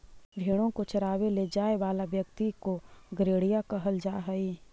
भेंड़ों को चरावे ले जाए वाला व्यक्ति को गड़ेरिया कहल जा हई